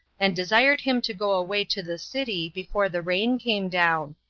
and desired him to go away to the city before the rain came down.